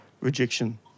rejection